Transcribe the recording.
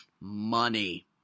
money